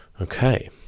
okay